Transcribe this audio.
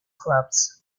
clubs